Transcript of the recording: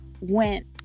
went